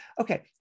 Okay